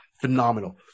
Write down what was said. phenomenal